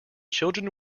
children